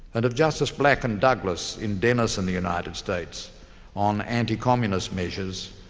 and of justice black and douglas in dennis and the united states on anti-communist measures,